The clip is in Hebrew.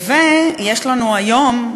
יש לנו היום,